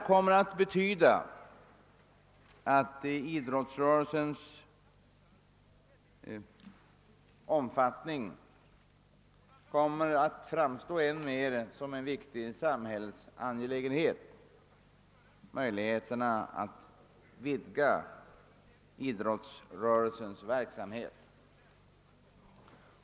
Detta gör det än mer till en viktig samhällsangelägenhet att vidga möjligheterna för idrottsverksamhet.